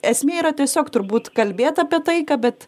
esmė yra tiesiog turbūt kalbėt apie taiką bet